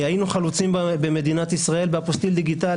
היינו חלוצים במדינת ישראל באפוסטיל הדיגיטלי